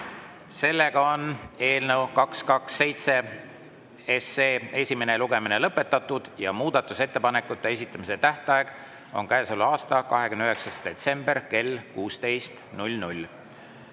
toetust. Eelnõu 227 esimene lugemine on lõpetatud ja muudatusettepanekute esitamise tähtaeg on käesoleva aasta 29. detsember kell 16.